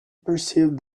perceived